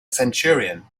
centurion